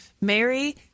Mary